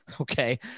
Okay